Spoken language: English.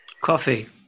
Coffee